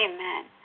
Amen